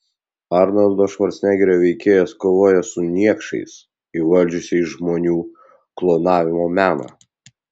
arnoldo švarcnegerio veikėjas kovoja su niekšais įvaldžiusiais žmonių klonavimo meną